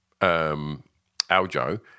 Aljo